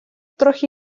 трохи